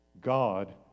God